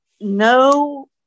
no